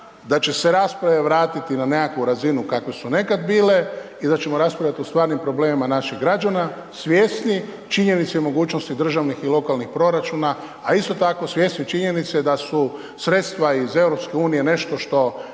da će se rasprave vratiti na nekakvu razinu kakve su nekad bile i da ćemo raspravljati o stvarnim problemima naših građana, svjesni činjenice i mogućnosti državnih i lokalnih proračuna, a isto tako svjesni činjenice da su sredstva iz EU nešto što